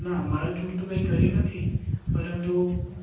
ના માર ઝૂડ તો કંઈ કરી નથી પરંતુ